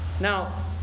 Now